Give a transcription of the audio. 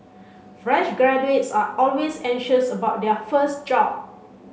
fresh graduates are always anxious about their first job